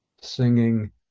singing